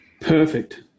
Perfect